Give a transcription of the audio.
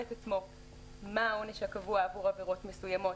את עצמו מה העונש הקבוע עבור עבירות מסוימות,